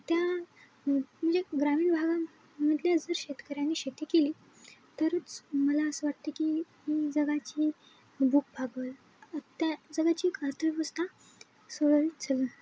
त्या म्हणजे ग्रामीण भागामधल्या जर शेतकऱ्याने शेती केली तरच मला असं वाटते की ही जगाची भूक भागंल त्या जगाची अर्थव्यवस्था सुरळीत चालेल